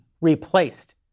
replaced